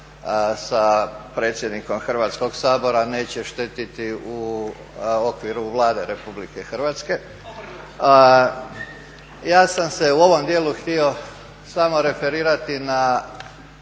sa predsjednikom Hrvatskoga sabora neće štetiti u okviru Vlade Republike Hrvatske. Ja sam se u ovom dijelu htio samo referirati na